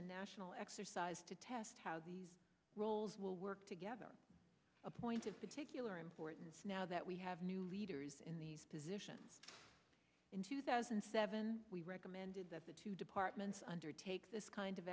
a national exercise to test how these roles will work together a point of particular importance now that we have new leaders in these positions in two thousand and seven we recommended that the two departments undertake this kind of